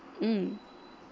mm